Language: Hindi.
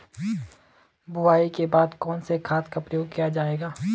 बुआई के बाद कौन से खाद का प्रयोग किया जायेगा?